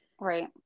Right